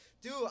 Dude